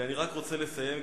ואני רק רוצה לסיים,